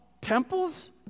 temples